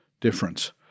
difference